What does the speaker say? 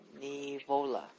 Nivola